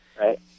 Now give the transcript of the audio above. Right